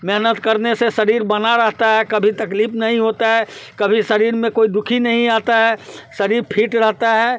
मेहनत करने से शरीर बना रहता है कभी तकलीफ़ नहीं होता है कभी शरीर में कोई दु ख ही नहीं आता है शरीर फिट रहता है